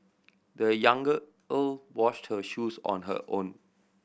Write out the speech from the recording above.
the younger old washed her shoes on her own